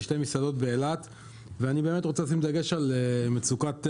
יש לי שתי מסעדות באילת ואני באמת רוצה לשים דגש על מצוקת העובדים.